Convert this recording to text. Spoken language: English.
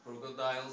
crocodiles